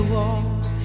Walls